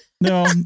No